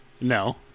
No